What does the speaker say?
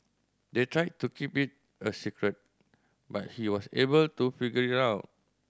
they tried to keep it a secret but he was able to figure it out